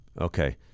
okay